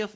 F